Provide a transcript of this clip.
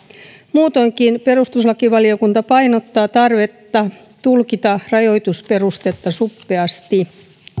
muutoinkin perustuslakivaliokunta painottaa tarvetta tulkita rajoitusperustetta suppeasti